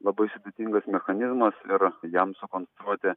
labai sudėtingas mechanizmas ir jam sukonstruoti